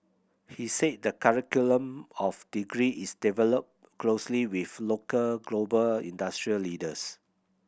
he said the curriculum of degree is developed closely with local global industry leaders